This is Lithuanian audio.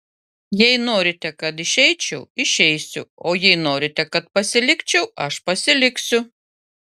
jei norite kad išeičiau išeisiu o jei norite kad pasilikčiau aš pasiliksiu